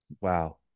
wow